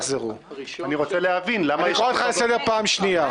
לבצע פעולות תוך שהוא מצוי בניגוד עניינים,